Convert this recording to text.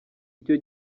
icyo